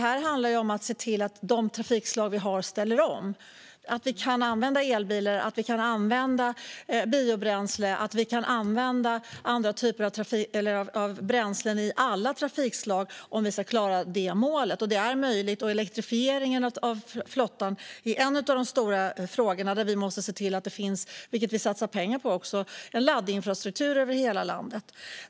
Det handlar om att alla trafikslag måste ställa om och om att använda el, biobränsle och andra typer av bränslen i alla trafikslag för att klara målet. Elektrifieringen av fordonsflottan är därför en stor fråga, och därför satsar vi pengar på en laddinfrastruktur över hela landet.